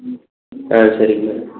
ஆ சரிங்க மேடம்